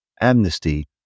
amnesty